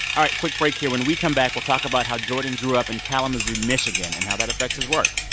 all right, quick break here. when we come back, we'll talk about how jordan grew up in kalamazoo, mich, and how that affects his work.